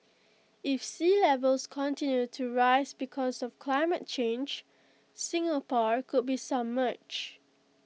if sea levels continue to rise because of climate change Singapore could be submerged